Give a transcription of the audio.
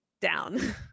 down